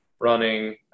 running